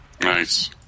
Nice